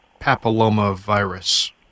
papillomavirus